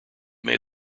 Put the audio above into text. made